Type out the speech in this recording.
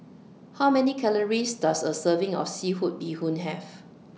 How Many Calories Does A Serving of Seafood Bee Hoon Have